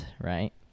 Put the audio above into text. right